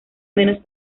menos